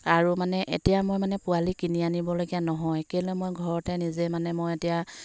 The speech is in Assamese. আৰু মানে এতিয়া মই মানে পোৱালি কিনি আনিবলগীয়া নহয় কেলৈ মই ঘৰতে নিজে মানে মই এতিয়া